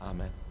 Amen